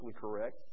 correct